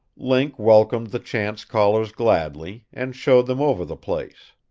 link welcomed the chance callers gladly, and showed them over the place.